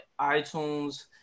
iTunes